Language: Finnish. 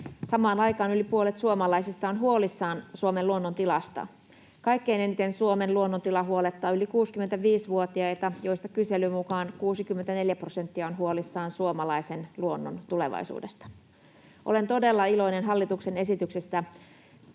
Samaan aikaan yli puolet suomalaisista on huolissaan Suomen luonnon tilasta. Kaikkein eniten Suomen luonnon tila huolettaa yli 65-vuotiaita, joista kyselyn mukaan 64 prosenttia on huolissaan suomalaisen luonnon tulevaisuudesta. Olen todella iloinen hallituksen esityksestä